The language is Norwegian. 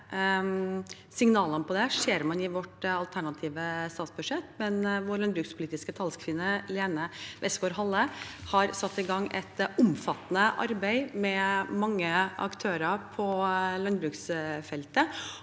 signalene på det ser man i vårt alternative statsbudsjett, men vår landbrukspolitiske talskvinne Lene Westgaard-Halle har satt i gang et omfattende arbeid med mange aktører på landbruksfeltet,